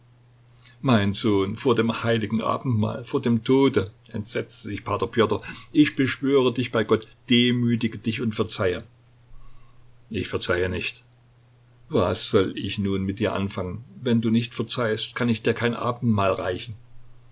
mein sohn vor dem heiligen abendmahl vor dem tode entsetzte sich p pjotr ich beschwöre dich bei gott demütige dich und verzeihe ich verzeihe nicht was soll ich nun mit dir anfangen wenn du nicht verzeihst kann ich dir kein abendmahl reichen